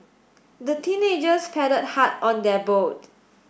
the teenagers paddled hard on their boat